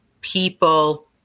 people